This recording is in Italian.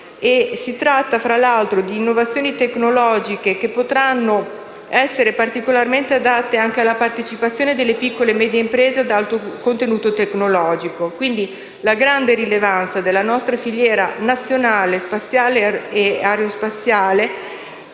Si tratta, fra l'altro, di innovazioni tecnologiche che potranno essere particolarmente adatte alla partecipazione delle piccole e medie imprese ad alto contenuto tecnologico. Con questa cabina di regia, la nostra filiera nazionale spaziale ed aerospaziale,